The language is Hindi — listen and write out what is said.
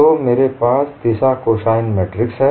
तो मेरे पास दिशा कोसाइन मैट्रिक्स है